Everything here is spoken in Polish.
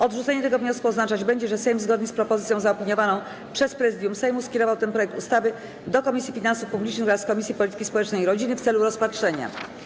Odrzucenie tego wniosku oznaczać będzie, że Sejm, zgodnie z propozycją zaopiniowaną przez Prezydium Sejmu, skierował ten projekt ustawy do Komisji Finansów Publicznych oraz Komisji Polityki Społecznej i Rodziny w celu rozpatrzenia.